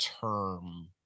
term